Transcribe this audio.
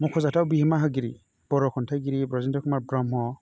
मख'जाथाव बिहोमा होगिरि बर' खन्थाइगिरि ब्रजेन्द्र कुमार ब्रह्म